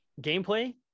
gameplay